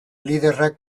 liderrak